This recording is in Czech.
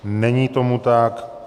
Není tomu tak.